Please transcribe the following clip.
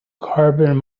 carbon